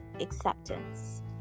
acceptance